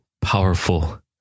powerful